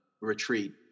retreat